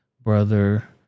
brother